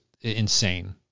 insane